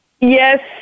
Yes